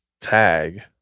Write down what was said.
tag